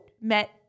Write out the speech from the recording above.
met